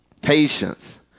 patience